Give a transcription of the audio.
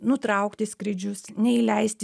nutraukti skrydžius neįleisti